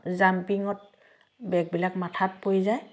জাম্পিঙত বেগবিলাক মাথাত পৰি যায়